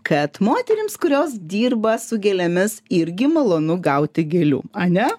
kad moterims kurios dirba su gėlėmis irgi malonu gauti gėlių ane